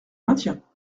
maintiens